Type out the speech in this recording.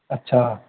अच्छा